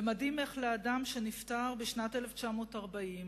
ומדהים איך לאדם שנפטר בשנת 1940,